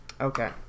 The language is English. Okay